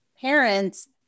parents